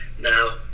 Now